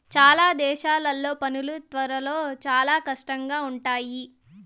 చాలా దేశాల్లో పనులు త్వరలో చాలా కష్టంగా ఉంటాయి